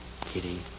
Kitty